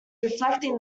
reflecting